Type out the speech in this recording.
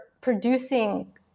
producing